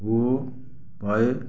उहो पाए